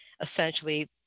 essentially